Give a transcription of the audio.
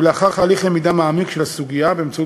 ולאחר הליך למידה מעמיק של הסוגיה באמצעות